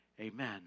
Amen